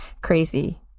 crazy